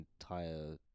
entire